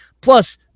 Plus